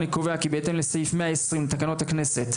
אני קובע כי בהתאם לסעיף 120 לתקנון הכנסת,